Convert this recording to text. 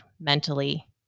mentally